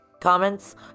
comments